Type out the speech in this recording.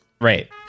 Right